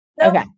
Okay